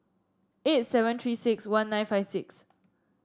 eight seven Three six one nine five six